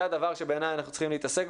זה הדבר שבעיניי אנחנו צריכים להתעסק